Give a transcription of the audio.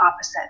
opposite